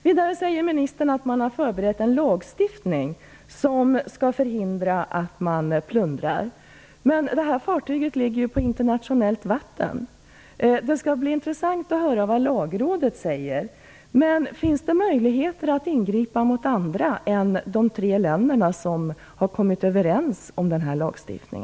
Vidare säger ministern att man har förberett en lagstiftning som skall förhindra plundring. Men Estonia ligger ju på internationellt vatten. Det skall bli intressant att få höra vad Lagrådet säger. Finns det möjligheter att ingripa mot andra än de tre länder som har kommit överens om denna lagstiftning?